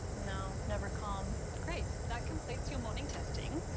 no, never calm. great. that completes your morning testing.